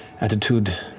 attitude